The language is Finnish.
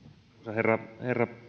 herra herra